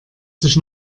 sich